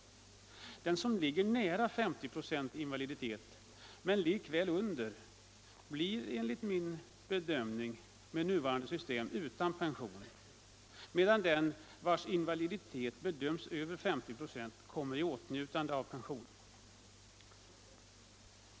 Den som ligger nära 50 ”. invaliditet, likväl under, blir enligt min bedömning med nuvarande system utan pension, medan den vars invaliditet bedöms över 50 ", kommer i åtnjutande av pension.